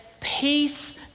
peace